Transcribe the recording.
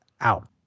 out